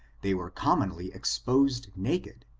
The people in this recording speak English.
they were commonly exposed naked,